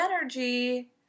energy